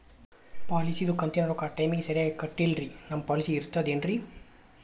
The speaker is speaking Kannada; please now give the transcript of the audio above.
ಪಾಲಿಸಿದು ಕಂತಿನ ರೊಕ್ಕ ಟೈಮಿಗ್ ಸರಿಗೆ ಕಟ್ಟಿಲ್ರಿ ನಮ್ ಪಾಲಿಸಿ ಇರ್ತದ ಏನ್ರಿ?